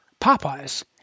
Popeye's